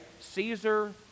Caesar